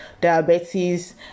diabetes